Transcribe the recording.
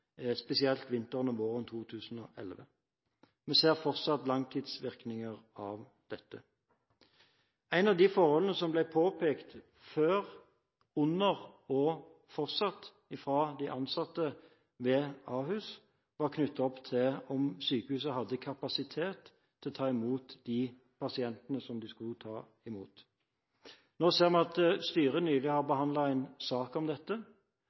spesielt vinteren og våren 2011. Vi ser fortsatt langtidsvirkninger av dette. Et av de forholdene som ble påpekt før og under omstillingen fra de ansatte ved Ahus – og fortsatt påpekes – var knyttet opp til om sykehuset hadde kapasitet til å ta imot de pasientene som det skulle ta imot. Nå ser vi at styret nylig har behandlet en sak om dette,